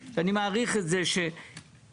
רק את המשפחות שהולכות לקנות את השקיות.